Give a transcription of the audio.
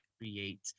create